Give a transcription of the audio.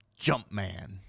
Jumpman